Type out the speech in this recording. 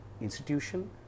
institution